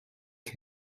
the